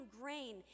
grain